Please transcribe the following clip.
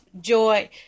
joy